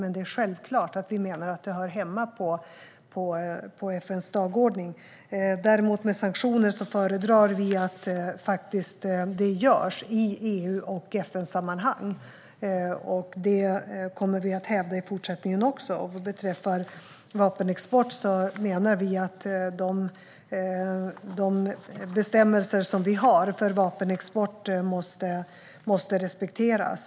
Vi menar att detta självklart hör hemma på FN:s dagordning. När det gäller sanktioner föredrar vi däremot att det sker i EU och FN-sammanhang, och detta kommer vi att hävda i fortsättningen också. Vad beträffar vapenexport menar vi att de bestämmelser vi har för denna måste respekteras.